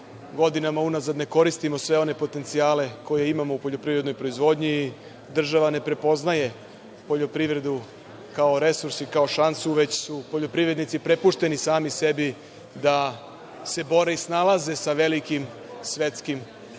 godinama unazad ne koristimo sve one potencijale koje imamo u poljoprivrednoj proizvodnji i država ne prepoznaje poljoprivredu kao resurs i kao šansu, već su poljoprivrednici prepušteni sami sebi da se bore i snalaze sa velikim svetskim tržištem